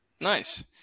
Nice